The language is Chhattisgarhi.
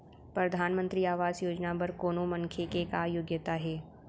परधानमंतरी आवास योजना बर कोनो मनखे के का योग्यता हे?